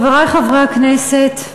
חברי חברי הכנסת,